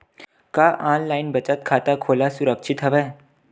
का ऑनलाइन बचत खाता खोला सुरक्षित हवय?